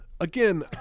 Again